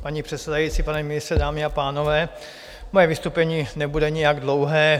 Paní předsedající, pane ministře, dámy a pánové, moje vystoupení nebude nijak dlouhé.